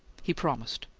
he promised,